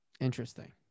Interesting